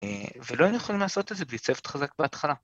‫ולא היינו יכולים לעשות את זה ‫בלי צוות חזק בהתחלה.